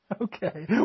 Okay